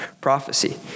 prophecy